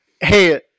Hey